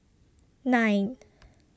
nine